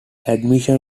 admission